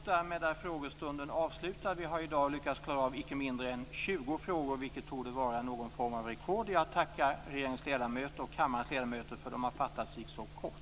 Därmed är frågestunden avslutad. Vi har i dag lyckats klara av icke mindre än 20 frågor, vilket torde vara någon form av rekord. Jag tackar regeringens och kammarens ledamöter för att de har fattat sig kort.